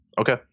Okay